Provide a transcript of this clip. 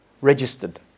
registered